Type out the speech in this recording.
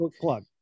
plug